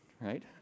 right